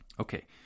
Okay